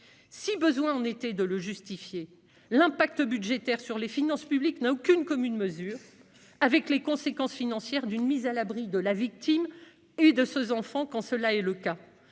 Si besoin était d'en justifier, son impact budgétaire sur les finances publiques est sans commune mesure avec les conséquences financières d'une mise à l'abri de la victime et de ses enfants. En effet, un